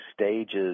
stages